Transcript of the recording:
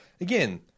again –